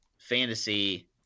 fantasy